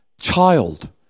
child